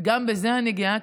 וגם בזה אני גאה,